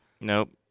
Nope